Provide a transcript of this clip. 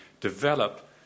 develop